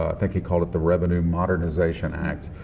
ah think he called it the revenue modernization act.